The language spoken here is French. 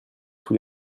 tous